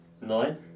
Nine